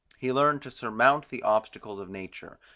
he learned to surmount the obstacles of nature,